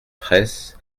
fraysse